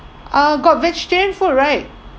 uh got vegetarian food right